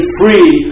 free